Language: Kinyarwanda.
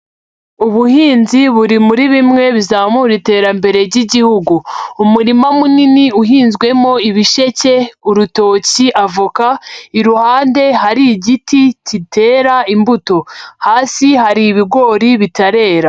Ubuhinzi buri muri bimwe bizamura iterambere ry'Igihugu. Umurima munini uhinzwemo ibisheke, urutoki, avoka, iruhande hari igiti kitera imbuto. Hasi hari ibigori bitarera.